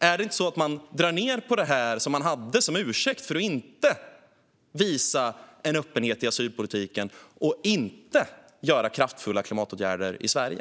Är det inte så att de drar ned på det som de hade som ursäkt för att inte visa en öppenhet i asylpolitiken och inte göra kraftfulla klimatåtgärder i Sverige?